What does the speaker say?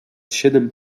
siedem